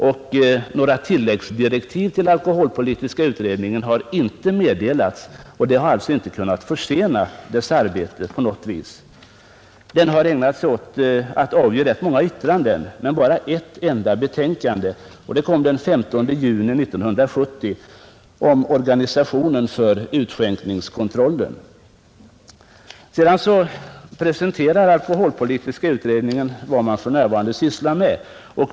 Några tilläggsdirektiv har alkoholpolitiska utredningen inte fått, och sådana har alltså inte kunnat försena dess arbete. Utredningen har avgett ganska många yttranden men bara ett enda betänkande. Detta kom den 15 juni 1970 och avsåg organisationen av utskänkningskontrollen. Alkoholpolitiska utredningen har redovisat vad den för närvarande sysslar med.